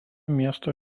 miesto